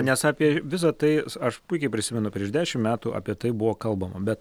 nes apie visa tai aš puikiai prisimenu prieš dešimt metų apie tai buvo kalbama bet